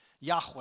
Yahweh